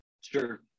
Sure